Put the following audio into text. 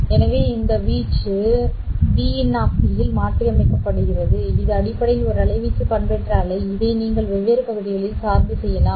எனவே இந்த வீச்சு ஐன் டி இல் மாற்றியமைக்கப்படுகிறது இது அடிப்படையில் ஒரு அலைவீச்சு பண்பேற்றப்பட்ட அலை இதை நீங்கள் வெவ்வேறு பகுதிகளில் சார்பு செய்யலாம்